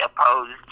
opposed